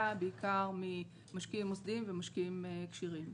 בעיקר ממשקיעים מוסדיים ומשקיעים כשירים.